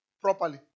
properly